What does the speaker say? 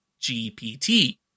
GPT